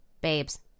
babes